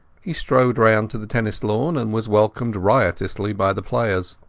he strolled round to the tennis lawn and was welcomed riotously by the players.